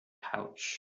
pouch